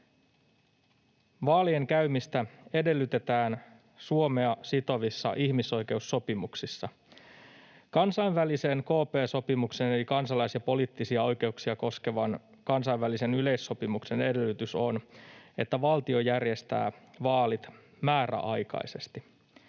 Vaalien käymistä edellytetään Suomea sitovissa ihmisoikeussopimuksissa. Kansainvälisen KP-sopimuksen eli kansalais- ja poliittisia oikeuksia koskevan kansainvälisen yleissopimuksen edellytys on, että valtio järjestää vaalit määräaikaisesti.